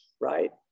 right